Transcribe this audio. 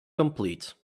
complete